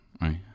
right